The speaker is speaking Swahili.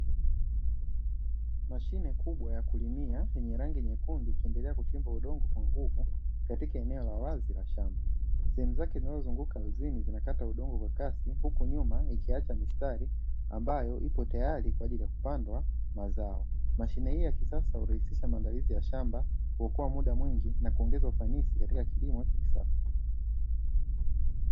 Mashine kubwa ya kulimia yenye rangi nyekundu, ikiendelea kuchimba udongo kwa nguvu katika eneo la wazi la shamba. Sehemu zake zinazozunguka ardhini zinakata udongo kwa kasi, huku nyuma ikiacha mistari ambayo ipo tayari kwa ajili ya kupandwa mazao. Mashine hiyo ya kisasa hurahisisha maandazi ya shamba, kuokoa muda mwingi katika ufanisi katika kilimo cha kisasa.